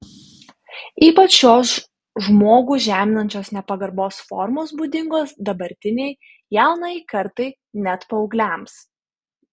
ypač šios žmogų žeminančios nepagarbos formos būdingos dabartinei jaunajai kartai net paaugliams